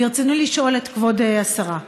ברצוני לשאול את כבוד השרה: